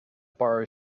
borrow